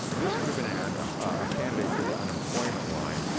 this would've been a and ah candidate for the unemployment line,